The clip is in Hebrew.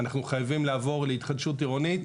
אנחנו חייבים לעבור להתחדשות עירונית